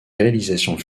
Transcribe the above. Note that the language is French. réalisations